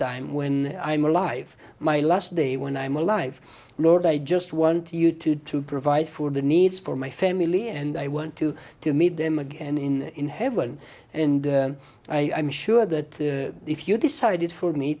time when i'm alive my last day when i'm alive lord i just want you to to provide for the needs for my family and i want to to meet them again in heaven and i'm sure that if you decided for me